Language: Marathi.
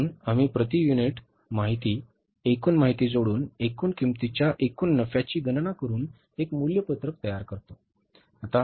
म्हणून आम्ही प्रति युनिट माहिती एकूण माहिती जोडून एकूण किंमतीच्या एकूण नफ्याची गणना करुन एक मूल्यपत्रक तयार करतो